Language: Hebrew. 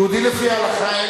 יהודי לפי ההלכה,